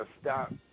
stop